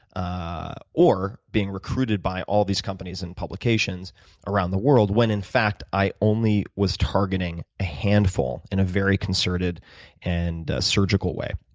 ah or being recruited by all these companies and publications around the world, when in fact i only was targeting a handful in a very concerted and surgical way.